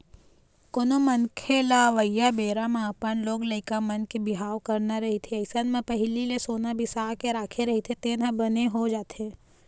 कोनो मनखे लअवइया बेरा म अपन लोग लइका मन के बिहाव करना रहिथे अइसन म पहिली ले सोना बिसा के राखे रहिथे तेन ह बने हो जाथे